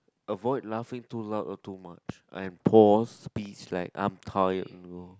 avoid laughing too loud or too much I'm pause be slack I'm tired you know